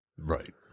Right